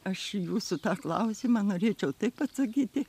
aš į jūsų tą klausimą norėčiau taip atsakyti